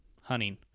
hunting